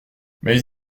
mais